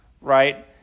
right